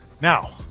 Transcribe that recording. Now